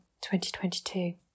2022